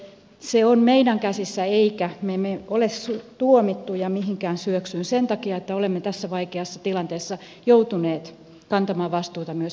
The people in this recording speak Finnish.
se on meidän käsissämme emmekä me ole tuomittuja mihinkään syöksyyn sen takia että olemme tässä vaikeassa tilanteessa joutuneet kantamaan vastuuta myös eurokriisistä